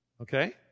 Okay